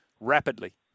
rapidly